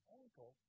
ankle